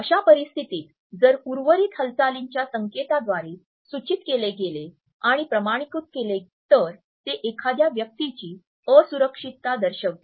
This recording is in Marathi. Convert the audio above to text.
अशा परिस्थितीत जर उर्वरित हालचालींच्या संकेताद्वारे सूचित केले गेले आणि प्रमाणीकृत केले तर ते एखाद्या व्यक्तीची असुरक्षितता दर्शवते